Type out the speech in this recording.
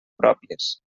pròpies